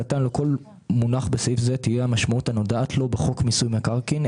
מונח בסעיף זה תהיה המשמעות הנודעת לו בחוק מיסוי מקרקעין,